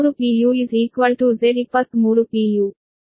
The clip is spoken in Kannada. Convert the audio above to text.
u ಗೆ ಬರುತ್ತದೆ ಮತ್ತು Z13 Z23